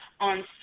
on